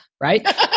right